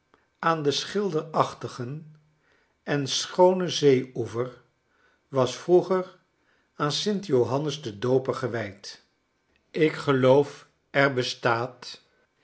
aan den schilderachtigen gil schoonen zee oever was vroeger aan st johannes den dooper gewijd ik geloof er bestaat